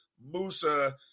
Musa